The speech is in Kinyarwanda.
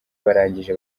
barangije